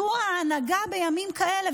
זו ההנהגה בימים כאלה.